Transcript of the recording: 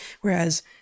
whereas